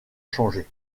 changées